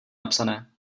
napsané